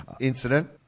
incident